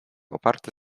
oparte